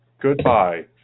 Goodbye